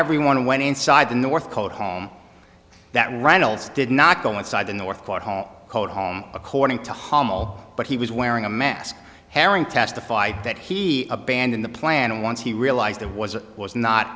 everyone went inside the north coat home that reynolds did not go inside the north court home code home according to hommel but he was wearing a mask herring testified that he abandoned the plan once he realized that was it was not